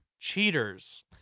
cheaters